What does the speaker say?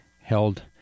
held